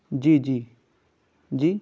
جی جی جی